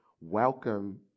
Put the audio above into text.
welcome